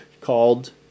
called